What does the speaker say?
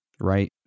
right